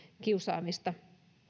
kiusaamista